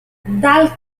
dal